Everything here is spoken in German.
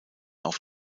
auf